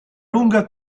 lunga